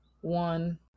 one